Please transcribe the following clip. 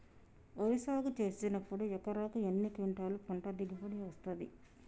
వరి సాగు చేసినప్పుడు ఎకరాకు ఎన్ని క్వింటాలు పంట దిగుబడి వస్తది?